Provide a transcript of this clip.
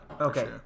Okay